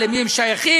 למי הם שייכים,